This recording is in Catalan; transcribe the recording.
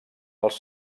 als